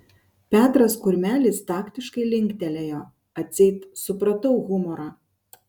petras kurmelis taktiškai linktelėjo atseit supratau humorą